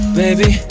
baby